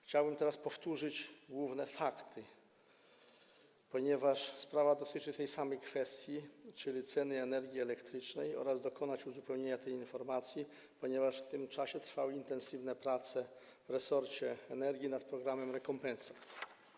Chciałbym teraz powtórzyć główne fakty, ponieważ sprawa dotyczy tej samej kwestii, czyli cen energii elektrycznej, oraz dokonać uzupełnienia tej informacji, ponieważ w tym czasie trwały intensywne prace w resorcie energii nad programem rekompensat.